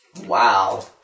Wow